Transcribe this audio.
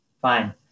Fine